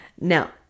now